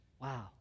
Wow